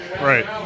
right